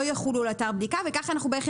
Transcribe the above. לא יחולו על אתר בדיקה --- וככה אנחנו בעצם